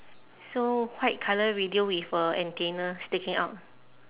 so white colour radio with a antenna sticking out